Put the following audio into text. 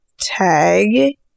tag